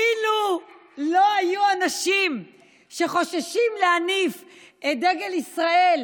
אילו לא היו אנשים שחוששים להניף את דגל ישראל